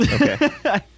Okay